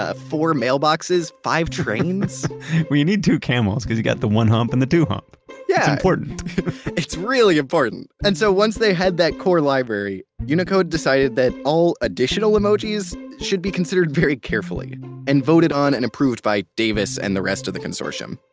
ah four mailboxes, five trains well, you need two camels, because you got the one hump and the two hump yeah it's important it's really important. and so once they had that core library, unicode decided that all additional emojis should be considered very carefully and voted on and approved by davis and the rest of the consortium.